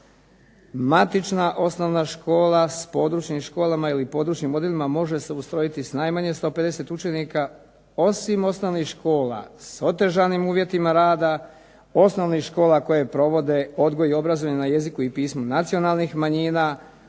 "Matična osnovna škola s područnim školama ili područnim odjelima može se ustrojiti s najmanje 150 učenika, osim osnovnih škola s otežanim uvjetima rada, osnovnih škola koje provode odgoj i obrazovanje na jeziku i pismu nacionalnih manjina,